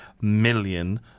million